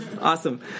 awesome